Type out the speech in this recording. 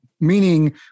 Meaning